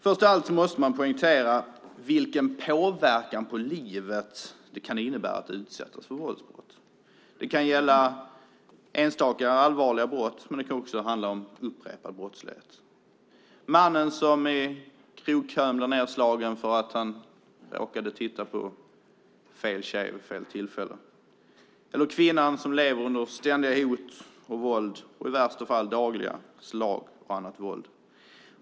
Först av allt måste poängteras vilken påverkan på livet det kan innebära att utsättas för våldsbrott. Det kan gälla enstaka, allvarliga brott, men det kan också handla om upprepad brottslighet. Det är mannen som blir nedslagen i krogkön för att han råkat titta på fel tjej vid fel tillfälle, eller kvinnan som lever under ständiga hot om våld och i värsta fall dagliga slag och annat våld.